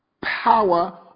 power